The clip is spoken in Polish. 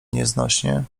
nieznośnie